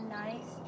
nice